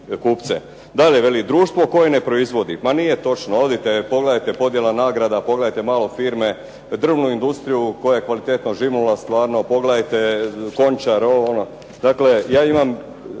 kupce. Dalje veli, društvo koje ne proizvodi. Ma nije točno. Odite, pogledajte podjela nagrada, pogledajte malo firme, drvnu industriju koja je kvalitetno živnula stvarno. Pogledajte Končar, ovo, ono. Dakle, ja imam